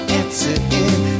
answering